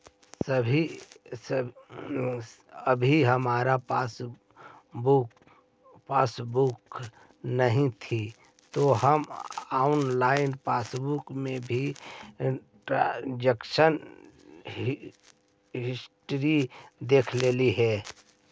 अभी हमारा पास पासबुक नहीं थी तो हम ऑनलाइन पासबुक में ही ट्रांजेक्शन हिस्ट्री देखलेलिये